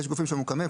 יש גופים שמוקמים,